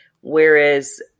Whereas